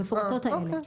אוקיי,